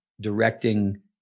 directing